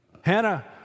Hannah